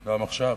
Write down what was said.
גם עכשיו?